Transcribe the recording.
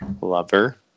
lover